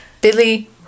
Billy